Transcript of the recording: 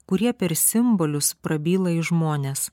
kurie per simbolius prabyla į žmones